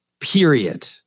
Period